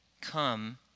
Come